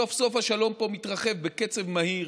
סוף-סוף השלום פה מתרחב בקצב מהיר,